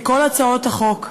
מכל הצעות החוק שאפשר,